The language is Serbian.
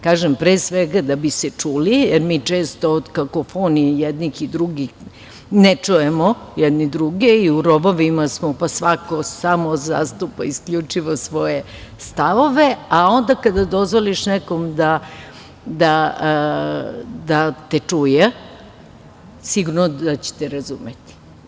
Kažem, pre svega, da bi ste čuli, jer mi često od kakofonije i jednih i drugih ne čujemo jedni druge i u rovovima smo, pa svako samo zastupa isključivo svoje stavove, a onda kada dozvoliš nekome da te čuje sigurno da ćete razumeti.